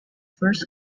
first